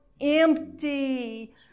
empty